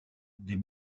des